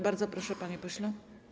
Bardzo proszę, panie pośle.